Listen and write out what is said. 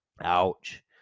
Ouch